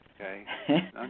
Okay